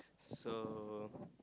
so